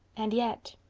and yet,